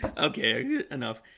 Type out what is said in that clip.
okay enough,